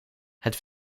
het